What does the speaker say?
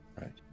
Right